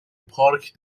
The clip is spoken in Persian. پارک